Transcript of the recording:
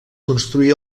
construí